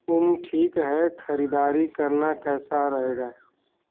उम्म ठीक है ख़रीदारी करना कैसा रहेगा